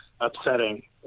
upsetting